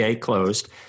closed